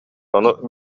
ону